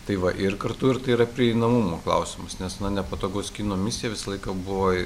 tai va ir kartu ir tai yra prieinamumo klausimas nes nepatogaus kino misija visą laiką buvo